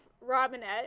Robinette